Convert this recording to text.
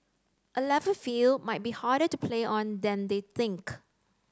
a level field might be harder to play on than they think